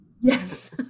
yes